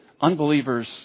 unbelievers